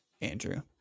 andrew